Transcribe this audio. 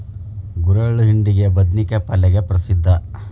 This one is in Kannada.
ಗುರೆಳ್ಳು ಹಿಂಡಿಗೆ, ಬದ್ನಿಕಾಯ ಪಲ್ಲೆಗೆ ಪ್ರಸಿದ್ಧ